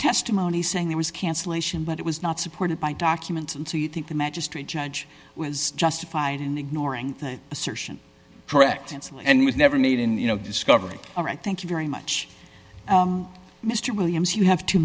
testimony saying there was cancellation but it was not supported by documents and so you think the magistrate judge was justified in ignoring that assertion correct insulin and was never made in the you know discovery all right thank you very much mr williams you have two